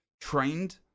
trained